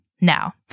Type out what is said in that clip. Now